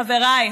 חבריי,